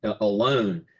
alone